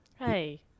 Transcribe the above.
Hey